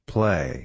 Play